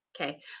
okay